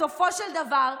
בסופו של דבר,